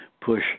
push